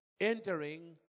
entering